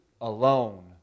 alone